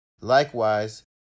Likewise